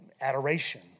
adoration